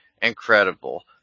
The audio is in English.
Incredible